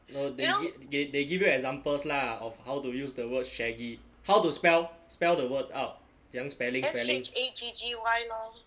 no they g~ they they give you examples lah of how to use the words shaggy how to spell spell the word out 怎样 spelling spelling